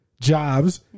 jobs